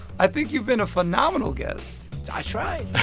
i think you've been a phenomenal guest i tried,